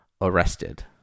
arrested